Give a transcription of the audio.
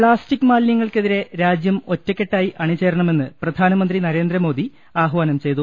plastic മാലിനൃങ്ങൾക്കെതിരെ രാജ്യം ഒറ്റക്കെട്ടായി അണിചേരണ മെന്ന് പ്രധാനമന്ത്രി നരേന്ദ്രമോദി ആഹാനം ചെയ്തു